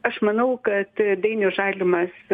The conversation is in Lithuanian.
aš manau kad dainius žalimas